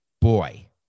boy